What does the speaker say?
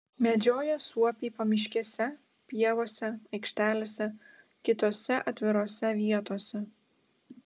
medžioja suopiai pamiškėse pievose aikštelėse kitose atvirose vietose